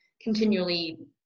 continually